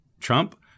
Trump